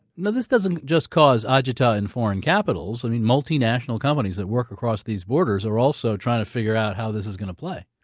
now this doesn't just cause agita in foreign capitals. i mean, multinational companies that work across these borders are also trying to figure out how this is gonna play.